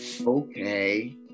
okay